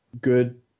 good –